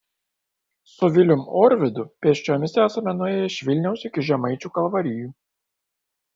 su vilium orvidu pėsčiomis esame nuėję iš vilniaus iki žemaičių kalvarijų